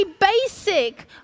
basic